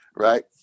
Right